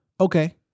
okay